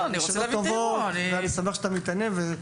אני שמח שאתה מתעניין.